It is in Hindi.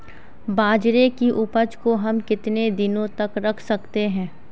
बाजरे की उपज को हम कितने दिनों तक रख सकते हैं?